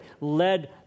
led